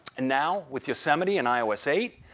and now, with yosemite and ios eight,